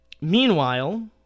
Meanwhile